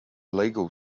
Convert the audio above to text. legal